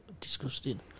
Disgusting